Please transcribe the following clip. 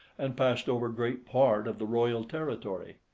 and passed over great part of the royal territory.